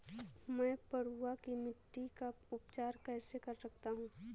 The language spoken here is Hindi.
मैं पडुआ की मिट्टी का उपचार कैसे कर सकता हूँ?